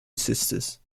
sisters